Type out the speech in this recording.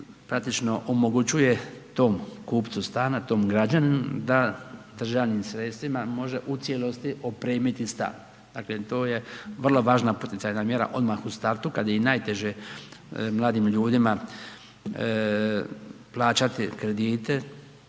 praktično omogućuje tom kupcu stana, tom građaninu, da državnim sredstvima može u cijelosti opremiti stan, dakle, to je vrlo važna poticajna mjera odmah u startu kad je i najteže mladim ljudima plaćati kredite,